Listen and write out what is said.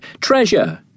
treasure